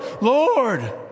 Lord